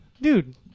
Dude